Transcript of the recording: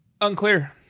Unclear